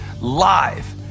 Live